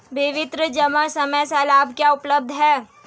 विभिन्न जमा समय स्लैब क्या उपलब्ध हैं?